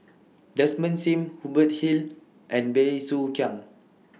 Desmond SIM Hubert Hill and Bey Soo Khiang